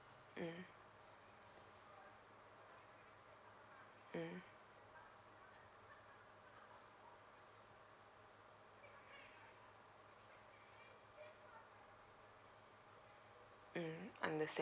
mm mm mm understand